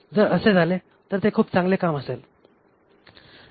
जर असे झाले तर ते खूप चांगले काम असेल